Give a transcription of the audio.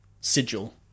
sigil